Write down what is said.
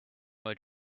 mode